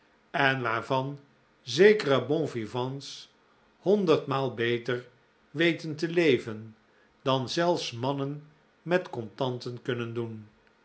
en waarvan zekere bonvivants honderd maal beter weten te leven dan zelfs mannen met contanten kunnen doen